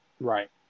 Right